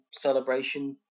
celebration